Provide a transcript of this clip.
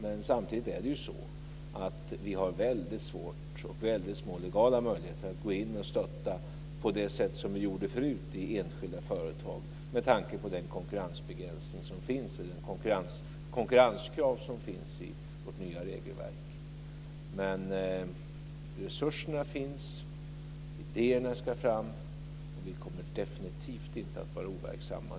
Men samtidigt har vi väldigt svårt och väldigt små legala möjligheter att gå in och stötta på det sätt som vi gjorde förut i enskilda företag med tanke på de konkurrenskrav som finns i vårt nya regelverk. Men resurserna finns, idéerna ska fram, och vi kommer definitivt inte att vara overksamma.